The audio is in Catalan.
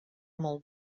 molt